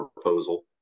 proposal